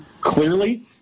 clearly